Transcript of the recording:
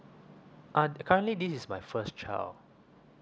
ah currently this is my first child